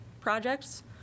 projects